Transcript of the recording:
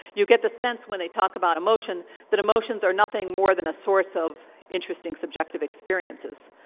you get the sense when they talk about emotion that emotions are nothing more than a source of interesting subjective experiences.